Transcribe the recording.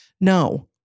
No